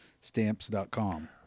Stamps.com